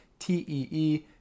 T-E-E